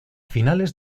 finales